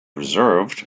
reserved